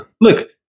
Look